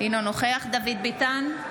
אינו נוכח דוד ביטן,